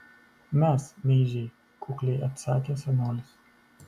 mes meižiai kukliai atsakė senolis